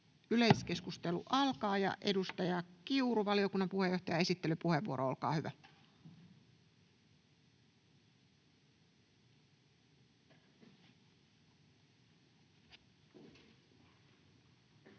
Yleiskeskustelu alkaa. Edustaja Kiuru, valiokunnan puheenjohtaja, esittelypuheenvuoro, olkaa hyvä. Arvoisa